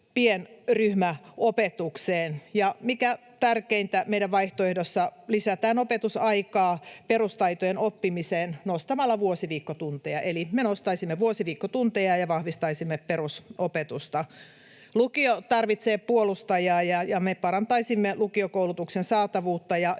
pienryhmäopetukseen. Mikä tärkeintä, meidän vaihtoehdossamme lisätään opetusaikaa perustaitojen oppimiseen nostamalla vuosiviikkotunteja, eli me nostaisimme vuosiviikkotunteja ja vahvistaisimme perusopetusta. Lukio tarvitsee puolustajaa, ja me parantaisimme lukiokoulutuksen saatavuutta ja